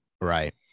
Right